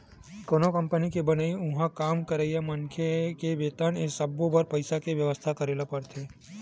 कोनो कंपनी के बनई, उहाँ काम करइया मनखे मन के बेतन ए सब्बो बर पइसा के बेवस्था करे ल परथे